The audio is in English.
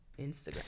Instagram